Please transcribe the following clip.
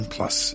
Plus